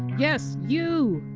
yes, you!